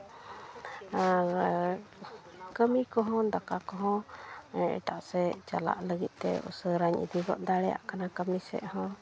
ᱟᱨ ᱠᱟᱹᱢᱤ ᱠᱚᱦᱚᱸ ᱫᱟᱠᱟ ᱠᱚᱦᱚᱸ ᱮᱴᱟᱜ ᱥᱮᱡ ᱪᱟᱞᱟᱜ ᱞᱟᱹᱜᱤᱫ ᱛᱮ ᱩᱥᱟᱹᱨᱟᱧ ᱤᱫᱤ ᱜᱚᱫ ᱫᱟᱲᱮᱭᱟᱜ ᱠᱟᱱᱟ ᱠᱟᱹᱢᱤ ᱥᱮᱡ ᱦᱚᱸ